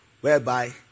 whereby